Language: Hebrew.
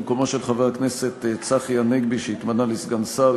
במקומו של חבר הכנסת צחי הנגבי שהתמנה לסגן שר,